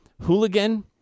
Hooligan